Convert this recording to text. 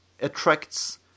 attracts